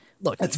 look